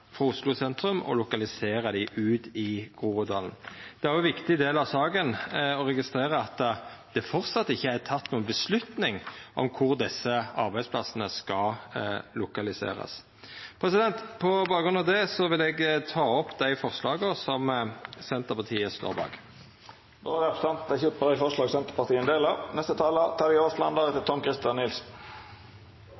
frå Oslo sentrum og lokalisera dei til Groruddalen. Det har vore ein viktig del av saka å registrera at det framleis ikkje er teke noka avgjerd om kvar desse arbeidsplassane skal lokaliserast. På bakgrunn av det vil eg ta opp dei forslaga som Senterpartiet står bak. Representanten Geir Pollestad har teke opp dei forslaga han refererte til. Det er